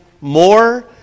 more